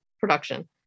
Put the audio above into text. production